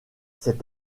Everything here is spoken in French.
cet